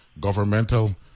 governmental